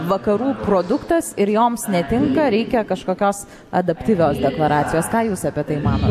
vakarų produktas ir joms netinka reikia kažkokios adaptyvios deklaracijos ką jūs apie tai manot